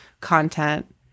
content